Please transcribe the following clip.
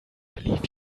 believe